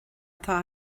atá